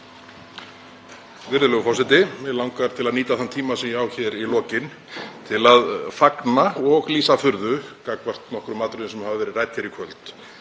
Virðulegur forseti. Mig langar til að nýta þann tíma sem ég á hér í lokin til að fagna og lýsa furðu minni á nokkrum atriðum sem hafa verið rædd hér í kvöld.